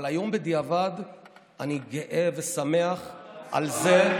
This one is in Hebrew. אבל היום, בדיעבד, אני גאה ושמח על זה,